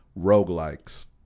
roguelikes